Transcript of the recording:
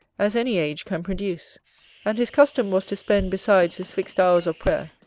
as any age can produce and his custom was to spend besides his fixed hours of prayer,